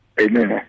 Amen